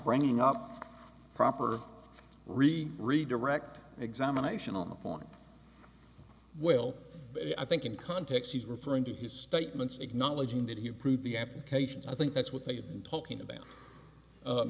running up proper read redirect examination on the point will i think in context he's referring to his statements acknowledging that he approved the applications i think that's what they have been talking about